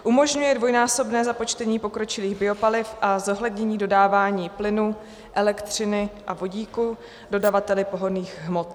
Umožňuje dvojnásobné započtení pokročilých biopaliv a zohlednění dodávání plynu, elektřiny a vodíku dodavateli pohonných hmot.